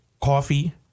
coffee